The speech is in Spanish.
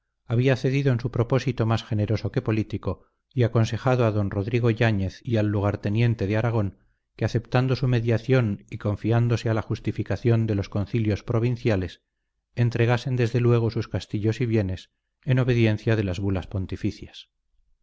había cedido en su propósito más generoso que político y aconsejado a don rodrigo yáñez y al lugarteniente de aragón que aceptando su mediación y confiándose a la justificación de los concilios provinciales entregasen desde luego sus castillos y bienes en obediencia de las bulas pontificias